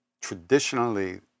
traditionally